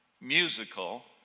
musical